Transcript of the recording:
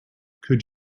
could